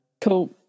cool